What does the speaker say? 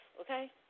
okay